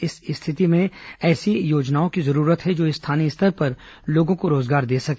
इस स्थिति में ऐसी योजना की जरूरत है जो स्थानीय स्तर पर लोगों को रोजगार दे सके